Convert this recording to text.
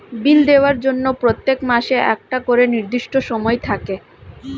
বিল দেওয়ার জন্য প্রত্যেক মাসে একটা করে নির্দিষ্ট সময় থাকে